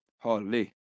Holy